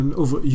over